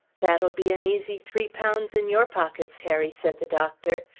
that'll be an easy three pounds in your pockets, harry, said the doctor.